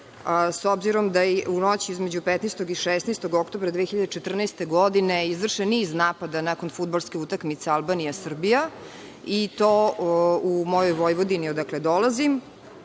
obzirom da je u noći između 15. i 16. oktobra 2014. godine izvršen niz napada nakon fudbalske utakmice Albanija – Srbija, i to u mojoj Vojvodini odakle dolazim,